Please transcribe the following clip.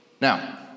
Now